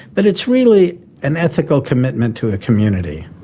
but it's really an ethical commitment to a community.